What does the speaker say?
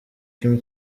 kim